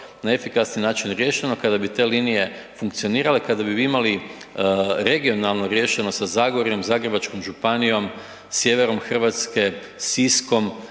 na efikasniji način riješeno, kada bi te linije funkcionirale, kada bi vi imali regionalno riješeno sa Zagorjem, Zagrebačkom županijom, sjeverom Hrvatske, Siskom,